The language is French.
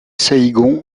saïgon